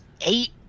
eight